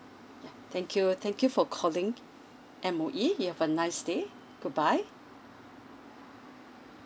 ya thank you thank you for calling M_O_E you have a nice day goodbye